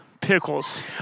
Pickles